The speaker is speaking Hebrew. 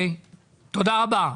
תודה רבה.